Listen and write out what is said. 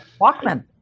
Walkman